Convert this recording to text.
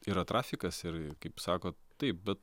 yra trafikas ir kaip sakot taip bet